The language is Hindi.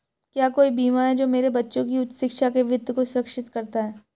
क्या कोई बीमा है जो मेरे बच्चों की उच्च शिक्षा के वित्त को सुरक्षित करता है?